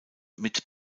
mit